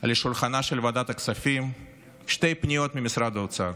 שולחנה של ועדת הכספים שתי פניות ממשרד האוצר